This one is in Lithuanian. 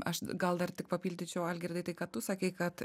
aš gal dar tik papildyčiau algirdai tai ką tu sakei kad